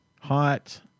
hot